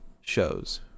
shows